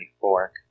fork